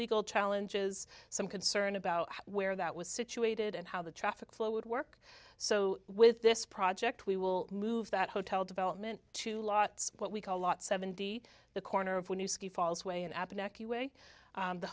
legal challenges some concern about where that was situated and how the traffic flow would work so with this project we will move that hotel development to lots of what we call lot seven d the corner of when you ski falls way